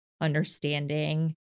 understanding